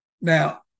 Now